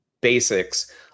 basics